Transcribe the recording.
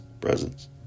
presence